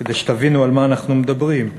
כדי שתבינו על מה אנחנו מדברים,